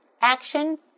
action